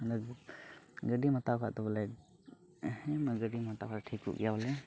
ᱚᱱᱟᱜᱮ ᱜᱟᱹᱰᱤᱢ ᱦᱟᱛᱟᱣ ᱠᱷᱟᱱ ᱫᱚ ᱵᱚᱞᱮ ᱦᱮᱸ ᱢᱟ ᱜᱟᱹᱰᱤᱢ ᱦᱟᱛᱟᱣ ᱠᱷᱟᱱ ᱴᱷᱤᱠᱚᱜ ᱜᱮᱭᱟ ᱵᱚᱞᱮ